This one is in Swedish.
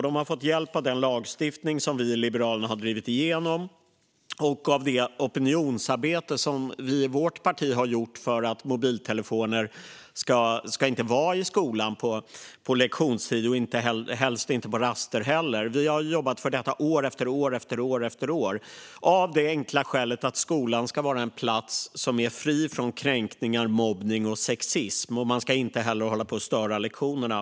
De har fått hjälp av den lagstiftning som vi i Liberalerna har drivit igenom och av det opinionsarbete som vi i vårt parti har gjort för att mobiltelefoner inte ska vara i skolan på lektionstid och helst inte heller på raster. Vi har jobbat för detta år efter år, och år efter år. Det har vi gjort av det enkla skälet att skolan ska vara en plats som är fri från kränkningar, mobbning och sexism. Man ska inte heller hålla på att störa lektionerna.